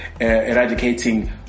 eradicating